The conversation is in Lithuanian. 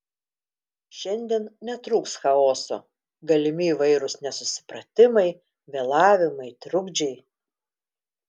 šiandien netrūks chaoso galimi įvairūs nesusipratimai vėlavimai trukdžiai